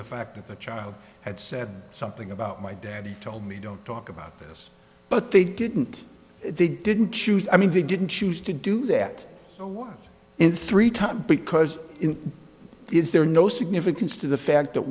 the fact that the child had said something about my dad he told me don't talk about this but they didn't they didn't choose i mean they didn't choose to do that one in three times because if there are no significance to the fact that